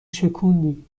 شکوندی